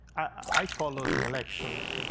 i follow the elections,